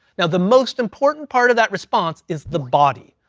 now, the most important part of that response is the body.